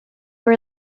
were